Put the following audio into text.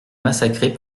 massacrées